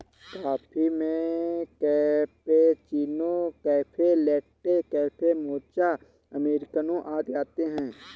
coffee में cappuccino, caffe latte, caffe mocha, americano आदि आते है